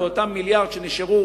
ואת אותם מיליארד שנשארו,